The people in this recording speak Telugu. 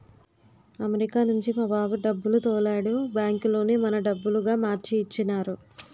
అమెరికా నుంచి మా బాబు డబ్బులు తోలాడు బ్యాంకులోనే మన డబ్బులుగా మార్చి ఇచ్చినారు